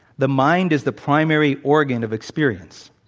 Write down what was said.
the mind is the primary organ of experience,